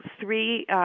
three